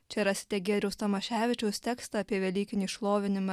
čia rasite giedriaus tomaševičiaus tekstą apie velykinį šlovinimą